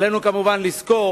עלינו כמובן לזכור